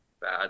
bad